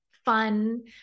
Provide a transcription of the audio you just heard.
fun